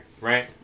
right